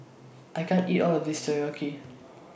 I can't eat All of This Takoyaki